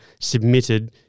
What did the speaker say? submitted